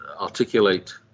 articulate